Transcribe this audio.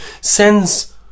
sends